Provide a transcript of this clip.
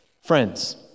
friends